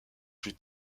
plus